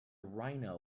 rhino